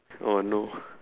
oh no